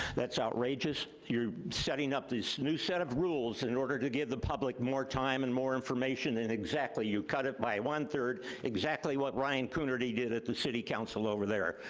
that's outrageous. you're setting up this new set of rules in order to give the public more time and more information and exactly you cut it by one-third, exactly what ryan coonerty did at the city council over there.